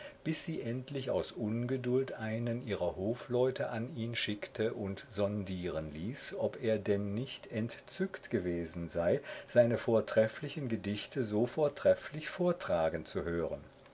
bis sie endlich aus ungeduld einen ihrer hofleute an ihn schickte und sondieren ließ ob er denn nicht entzückt gewesen sei seine vortrefflichen gedichte so vortrefflich vortragen zu hören